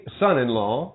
son-in-law